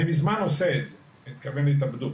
אני מזמן עושה את זה מתכוון להתאבדות.